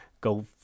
go